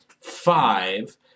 five